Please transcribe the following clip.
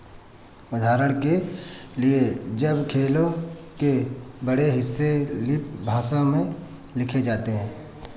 उदाहरण के लिए जब खेलों के बड़े हिस्से लिपि भाषा में लिखे जाते हैं